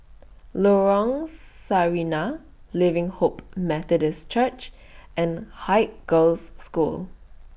Lorong Sarina Living Hope Methodist Church and Haig Girls' School